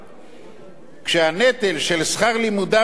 והנטל של שכר לימודם לא היה על המדינה.